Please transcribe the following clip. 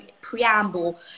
preamble